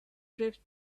drift